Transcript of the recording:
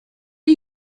are